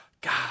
God